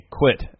quit